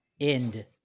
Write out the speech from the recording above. end